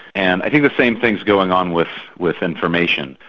and i think the same thing is going on with with information.